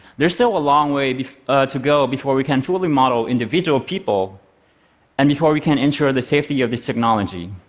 there's still a long way to go before we can fully model individual people and before we can ensure the safety of this technology.